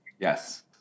yes